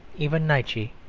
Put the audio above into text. even nietzsche,